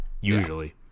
usually